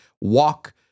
walk